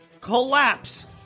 collapse